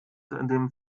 dem